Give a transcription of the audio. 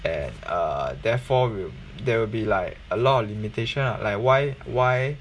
and uh therefore will there will be like a lot of limitation ah like why why